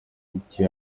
icyo